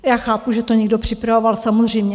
Já chápu, že to někdo připravoval samozřejmě.